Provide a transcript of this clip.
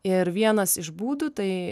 ir vienas iš būdų tai